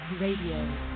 Radio